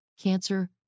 cancer